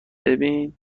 ببین